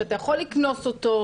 שאתה יכול לקנוס אותו,